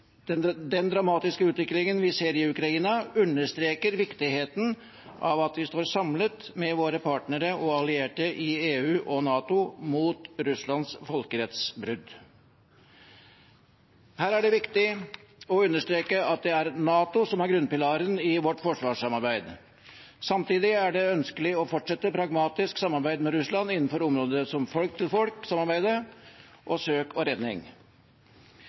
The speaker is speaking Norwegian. Den dramatiske utviklingen vi ser i Ukraina, understreker viktigheten av at vi står samlet med våre partnere og allierte i EU og i NATO mot Russlands folkerettsbrudd. Det er viktig å understreke at det er NATO som er grunnpilaren i vårt forsvarssamarbeid. Samtidig er det ønskelig å fortsette pragmatisk samarbeid med Russland innenfor områder som folk-til-folk-samarbeidet og søk og redning.